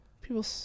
People